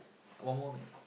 got one more man